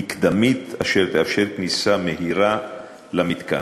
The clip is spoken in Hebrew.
מקדמית אשר תאפשר כניסה מהירה למתקן.